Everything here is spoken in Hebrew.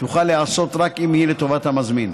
תוכל להיעשות רק אם היא לטובת המזמין.